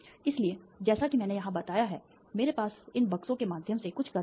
इसलिए जैसा कि मैंने यहां बताया है मेरे पास इन बक्सों के माध्यम से कुछ करंट है